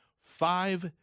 Five